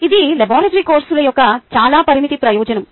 ఇది లాబరేటరీ కోర్సుల యొక్క చాలా పరిమిత ప్రయోజనం